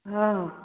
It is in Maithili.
हँ